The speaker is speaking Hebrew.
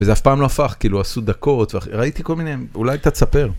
וזה אף פעם לא הפך, כאילו, עשו דקות, ראיתי כל מיני, אולי אתה תספר.